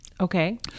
Okay